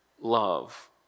love